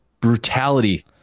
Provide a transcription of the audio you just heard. brutality